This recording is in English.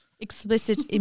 explicit